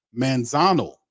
Manzano